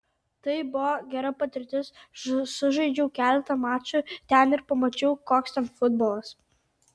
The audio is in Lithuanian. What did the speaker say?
tai buvo gera patirtis sužaidžiau keletą mačų ten ir pamačiau koks ten futbolas